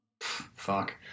fuck